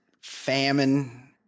famine